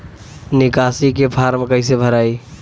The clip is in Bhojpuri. निकासी के फार्म कईसे भराई?